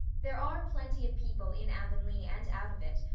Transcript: there are plenty of people in avonlea and out of it,